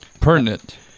Pertinent